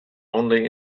only